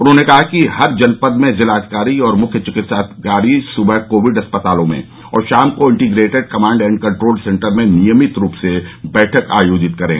उन्होंने कहा कि हर जनपद में जिलाधिकारी और मुख्य चिकित्साधिकारी सुबह कोविड अस्पतालों में और शाम को integrated command and control centre में नियमित रूप से बैठक आयोजित करे